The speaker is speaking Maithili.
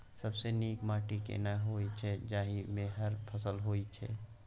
सबसे नीक माटी केना होय छै, जाहि मे हर फसल होय छै?